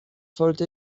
wollte